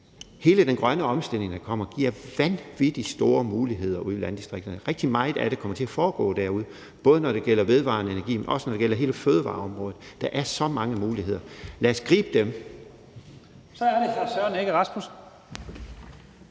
Hele den grønne omstilling, der kommer, giver vanvittig store muligheder ude i landdistrikterne. Rigtig meget af det kommer til at foregå derude, både når det gælder vedvarende energi, men også når det gælder hele fødevareområdet. Der er så mange muligheder. Lad os gribe dem.